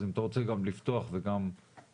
אז אם אתה רוצה גם לפתוח וגם לסכם.